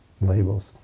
labels